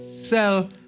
sell